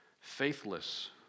faithless